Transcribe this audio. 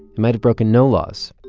it might have broken no laws.